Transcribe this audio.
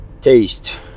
taste